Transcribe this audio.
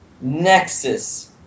Nexus